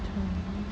hmm